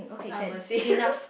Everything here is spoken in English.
ah mercy